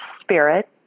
spirit